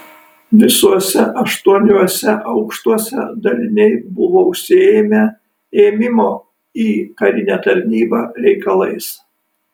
visuose aštuoniuose aukštuose daliniai buvo užsiėmę ėmimo į karinę tarnybą reikalais